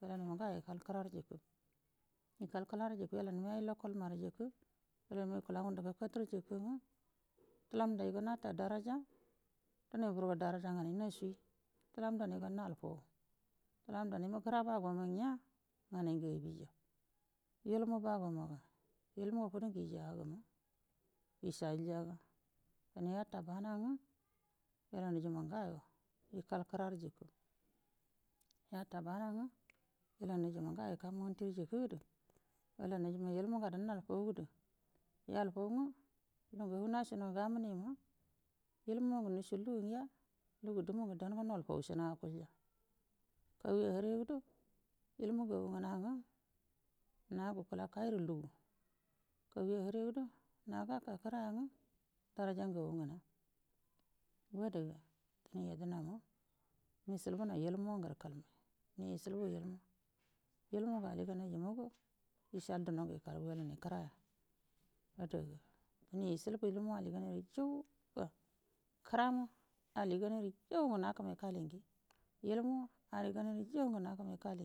ge ngayo yikal kira ri gikki yikal kira ni gikki lekol ma yen dirran ecula kakkadir gikkin ge tdamde nakki daraja dumai guro nanti tilm da nai nal fou – tilam damima kira nowange nganai di abiyya ilmu bawomoya ilmo fudinge bawomiu ecal la ya yata banange yiran deno ngayo kal kira ri jkki yata bana nge wellan ngayo yi kal kira ri jikkie de yima itmu ngadan yal fou gede yel fou nge ga naci ni gamunge ilmuo nakalyi nge lugu dumunge dango nal fou ya ayye hure gudo ilmu ayyo lire gudo na gaka kira yudo daraja ngawu ugina ngo ada ga na yedenama mucibulno ilmange kalkal ng yicilbu ilmu ilmu go alliga nou wo dinawo go ga wucal dinogo wutal wellamu go kira wo adaga mucibu ilmo danmu chot kira ma do gudo akimai kalingi alliganai jau ngo nakimai kalingi.